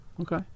Okay